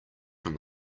from